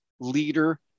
leader